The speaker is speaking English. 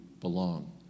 belong